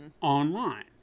online